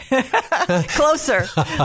Closer